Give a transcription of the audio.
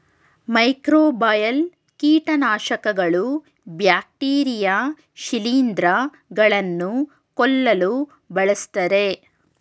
microbial ಕೀಟನಾಶಕಗಳು bacteria ಶಿಲಿಂದ್ರ ಗಳನ್ನು ಕೊಲ್ಲಲು ಬಳ್ಸತ್ತರೆ